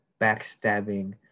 backstabbing